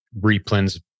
replens